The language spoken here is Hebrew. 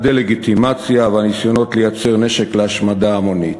הדה-לגיטימציה והניסיונות לייצר נשק להשמדה המונית.